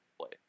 play